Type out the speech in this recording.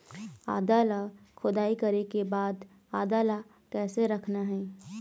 आदा ला खोदाई करे के बाद आदा ला कैसे रखना हे?